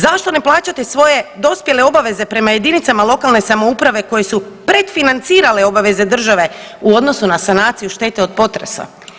Zašto ne plaćate svoje dospjele obveze prema jedinicama lokalne samouprave koje su predfinancirale obaveze države u odnosu na sanaciju štete od potresa.